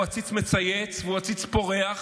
הוא עציץ מצייץ והוא עציץ פורח.